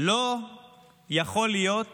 לא יכול להיות